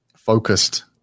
focused